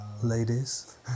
ladies